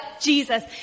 Jesus